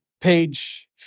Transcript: page